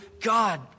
God